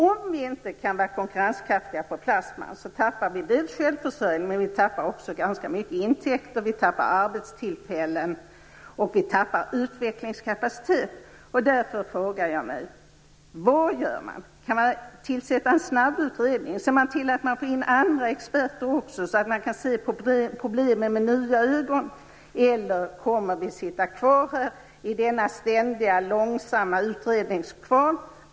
Om vi inte kan vara konkurrenskraftiga när det gäller plasma tappar vi dels självförsörjning, dels ganska stora intäkter. Vi tappar arbetstillfällen och utvecklingskapacitet. Därför frågar jag mig vad man gör. Kan man tillsätta en snabbutredning? Ser man till så att man också får in andra experter, så att man kan se problemen med nya ögon, eller kommer vi att sitta kvar i denna långsamma utredningskvarn?